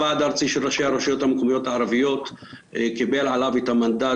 הוועדה הארצי של ראשי הרשויות המקומיות הערביות קיבל עליו את המנדט